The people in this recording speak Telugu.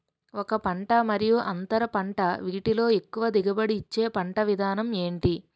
ఒక పంట మరియు అంతర పంట వీటిలో ఎక్కువ దిగుబడి ఇచ్చే పంట విధానం ఏంటి?